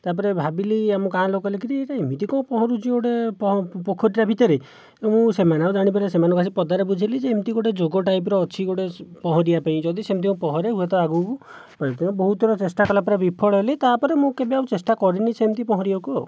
ତା'ପରେ ଭାବିଲି ଆମ ଗାଁ ଲୋକ କହିଲେ କିରେ ଏଇଟା ଏମିତି କ'ଣ ପହଁରୁଛି ଗୋଟିଏ ପୋଖରୀଟା ଭିତରେ ତେଣୁ ସେମାନେ ଆଉ ଜାଣିପାରିଲେନାହିଁ ସେମାନଙ୍କୁ ଆସିକି ପଦାରେ ବୁଝାଇଲି ଯେ ଏମିତି ଗୋଟିଏ ଯୋଗ ଟାଇପ୍ର ଅଛି ଗୋଟିଏ ସେ ପହଁରିବା ପାଇଁ ଯଦି ସେମିତି ମୁଁ ପହଁରେ ହୁଏତ ଆଗକୁ ବହୁତ ଥର ଚେଷ୍ଟା କଲାପରେ ବିଫଳ ହେଲି ତା'ପରେ ମୁଁ କେବେ ଆଉ ଚେଷ୍ଟା କରିନାହିଁ ସେମିତି ପହଁରିବାକୁ ଆଉ